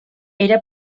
era